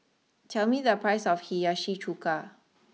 tell me the price of Hiyashi Chuka